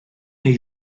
neu